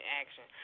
action